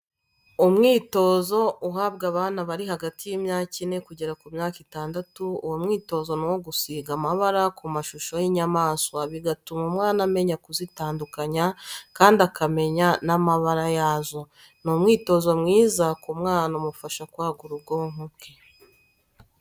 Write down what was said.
Umwitozo uhabwa abana barihagati y'imyaka ine kugera ku myaka itandatu, uwo mwitozi ni uwogusiga amabara ku mashusho y'inyamaswa, bigatuma umwana amenya kuzitandukanya kandi akamenya n'amabara yazo. ni umwitozo mwiza ku mwana umufasha kwagura ubwonko bwe.